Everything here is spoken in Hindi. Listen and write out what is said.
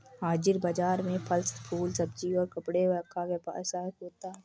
हाजिर बाजार में फल फूल सब्जी और कपड़े का व्यवसाय होता है